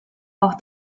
auch